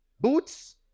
boots